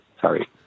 Sorry